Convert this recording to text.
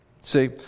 See